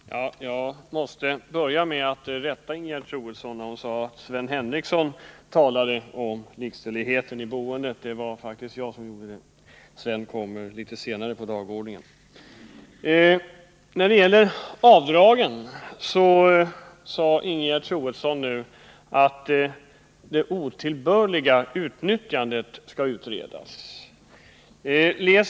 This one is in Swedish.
Herr talman! Jag måste börja med att rätta Ingegerd Troedsson. Hon sade att Sven Henricsson hade talat om likställighet i boendet, men det var faktiskt jag som gjorde det. Beträffande avdragen sade Ingegerd Troedsson att det otillbörliga utnyttjandet skall utredas.